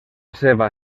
seva